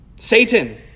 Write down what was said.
Satan